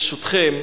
ברשותכם,